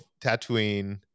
Tatooine